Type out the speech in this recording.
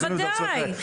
אנחנו צריכים לבדוק את זה.